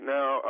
Now